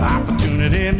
Opportunity